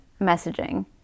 messaging